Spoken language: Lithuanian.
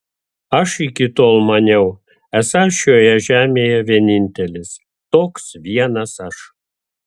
aš iki tol maniau esąs šioje žemėje vienintelis toks vienas aš